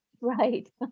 Right